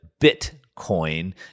Bitcoin